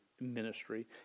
ministry